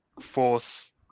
Force